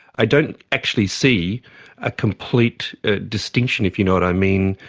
i don't actually see a complete distinction if you know what i mean,